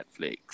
Netflix